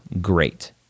great